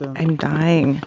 i'm dying.